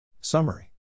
Summary